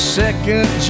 second